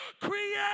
Create